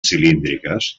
cilíndriques